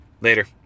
later